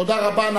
תודה רבה.